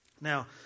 Now